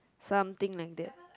something like that